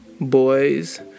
boys